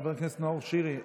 חבר הכנסת נאור שירי,